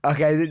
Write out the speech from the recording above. Okay